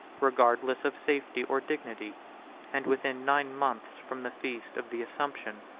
regardless of safety or dignity and within nine months from the feast of the assumption,